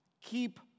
keep